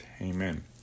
Amen